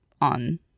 on